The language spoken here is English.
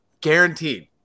guaranteed